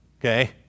Okay